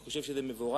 אני חושב שזה מבורך,